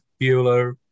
Bueller